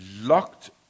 locked